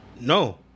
No